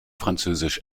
französisch